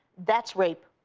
that's rape.